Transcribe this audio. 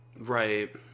right